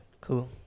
cool